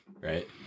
Right